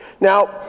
Now